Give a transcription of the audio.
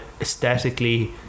aesthetically